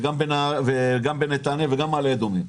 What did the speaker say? גם בנתניה וגם במעלה אדומים.